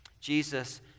Jesus